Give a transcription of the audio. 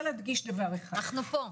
אנחנו פה.